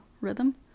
rhythm